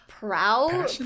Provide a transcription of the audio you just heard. proud